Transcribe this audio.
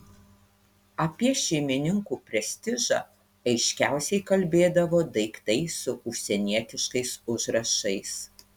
apie šeimininkų prestižą aiškiausiai kalbėdavo daiktai su užsienietiškais užrašais